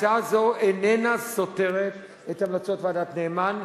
הצעה זו איננה סותרת את המלצות ועדת-נאמן,